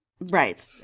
Right